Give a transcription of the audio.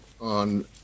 on